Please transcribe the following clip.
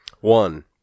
One